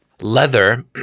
Leather